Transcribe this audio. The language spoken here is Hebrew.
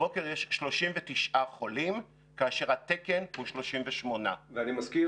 הבוקר יש 39 חולים כאשר התקן הוא 38. ואני מזכיר,